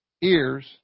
ears